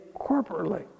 corporately